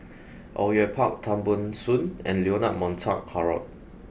Au Yue Pak Tan Ban Soon and Leonard Montague Harrod